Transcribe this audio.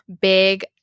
big –